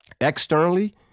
externally